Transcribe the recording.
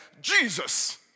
Jesus